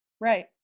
Right